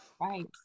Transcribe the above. right